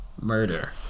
Murder